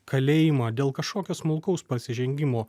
kalėjimą dėl kažkokio smulkaus prasižengimo